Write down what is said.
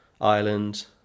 Ireland